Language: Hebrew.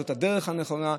זאת הדרך הנכונה,